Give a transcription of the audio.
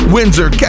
Windsor